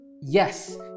Yes